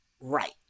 right